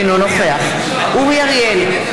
אינו נוכח אורי אריאל,